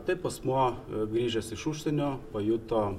taip asmuo grįžęs iš užsienio pajuto